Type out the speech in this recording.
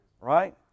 Right